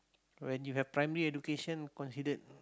when you have primary education considered